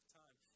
time